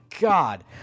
God